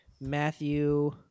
Matthew